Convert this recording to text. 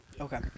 Okay